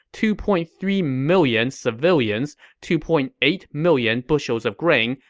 two point three million civilians, two point eight million bushels of grain,